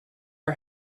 our